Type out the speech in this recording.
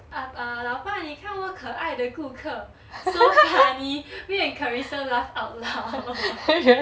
ah uh 老爸你看我可爱的顾客 so funny me and carrissa laughed out loud